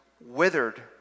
withered